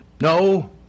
no